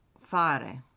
fare